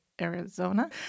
Arizona